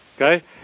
okay